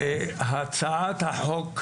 הצעת החוק,